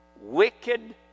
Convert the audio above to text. wicked